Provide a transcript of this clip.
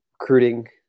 recruiting